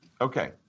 Okay